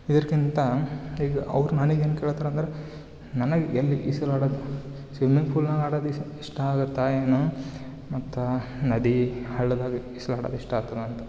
ಇದಕ್ಕಿಂತ ಈಗ ಅವ್ರು ನನಗ್ ಏನು ಕೇಳ್ತಾರೆ ಅಂದರೆ ನನಗೆ ಎಲ್ಲಿ ಈಜಾಡೋದ್ ಸ್ವಿಮ್ಮಿಂಗ್ ಪೂಲ್ನಾಗೆ ಆಡೋದ್ ಇಷ್ಟ ಇಷ್ಟ ಆಗುತ್ತ ಏನೂ ಮತ್ತು ನದಿ ಹಳ್ಳದಲ್ಲಿ ಈಜಾಡೋದ್ ಇಷ್ಟ ಆಗ್ತದಂತ